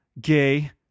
gay